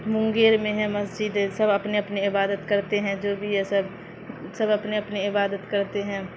مونگیر میں ہے مسجد ہے سب اپنے اپنے عبادت کرتے ہیں جو بھی ہے سب سب اپنے اپنے عبادت کرتے ہیں